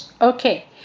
Okay